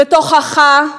בתוכך,